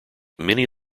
many